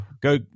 go